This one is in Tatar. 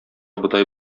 бодай